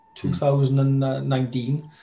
2019